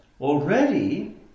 already